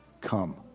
come